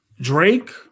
Drake